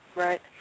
Right